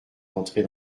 entrée